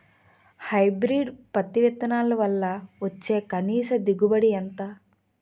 Hybrid పత్తి విత్తనాలు వల్ల వచ్చే కనీస దిగుబడి ఎంత?